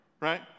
right